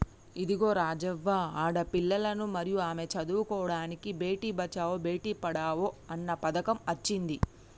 ఇదిగో రాజవ్వ ఆడపిల్లలను మరియు ఆమె చదువుకోడానికి బేటి బచావో బేటి పడావో అన్న పథకం అచ్చింది